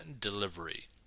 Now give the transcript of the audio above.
delivery